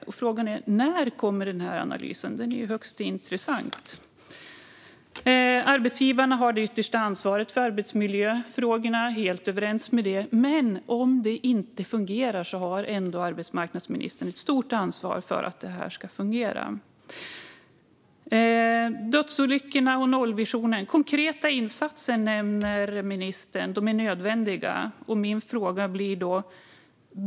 Frågan är då: När kommer analysen? Den är ju högst intressant. Arbetsgivarna har det yttersta ansvaret för arbetsmiljöfrågorna. Där är vi helt överens. Men om det inte fungerar har ändå arbetsmarknadsministern ett stort ansvar för att det ska fungera. Vi talar om dödsolyckorna och nollvisionen. Konkreta insatser är nödvändiga, nämner ministern.